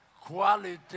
quality